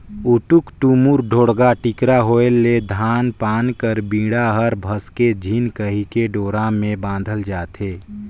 उटुक टुमुर, ढोड़गा टिकरा होए ले धान पान कर बीड़ा हर भसके झिन कहिके डोरा मे बाधल जाथे